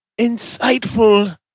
insightful